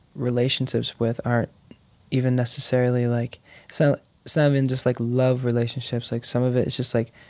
relationships with aren't even necessarily, like so some and just, like, love relationships like, some of it is just, like,